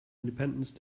independence